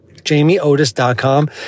jamieotis.com